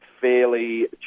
fairly